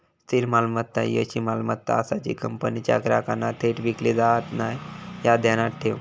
स्थिर मालमत्ता ही अशी मालमत्ता आसा जी कंपनीच्या ग्राहकांना थेट विकली जात नाय, ह्या ध्यानात ठेव